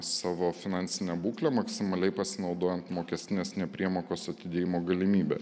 savo finansinę būklę maksimaliai pasinaudojant mokestinės nepriemokos atidėjimo galimybe